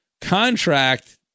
contract